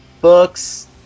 books